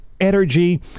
energy